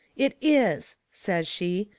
it is, says she,